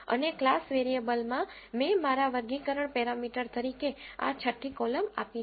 અને ક્લાસ વેરીઅબલમાં મેં મારા વર્ગીકરણ પેરામીટર તરીકે આ છઠ્ઠી કોલમ આપી છે